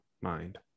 mind